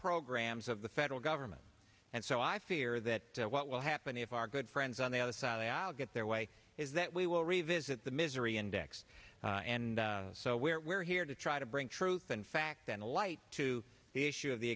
programs of the federal government and so i fear that what will happen if our good friends on the other side of the aisle get their way is that we will revisit the misery index and so we're we're here to try to bring truth and fact and a light to the issue of the